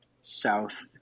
south